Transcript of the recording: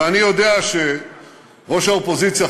ואני יודע שראש האופוזיציה,